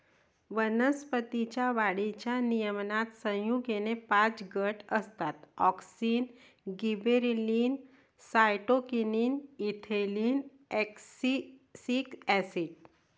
वनस्पतीं च्या वाढीच्या नियमनात संयुगेचे पाच गट असतातः auxin, gibberellin, cytokinin, ethylene, abscisic acid